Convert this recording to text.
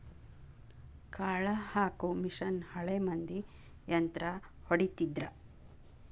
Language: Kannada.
ಕಾಳ ಹಾಕು ಮಿಷನ್ ಹಳೆ ಮಂದಿ ಯಂತ್ರಾ ಹೊಡಿತಿದ್ರ